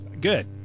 Good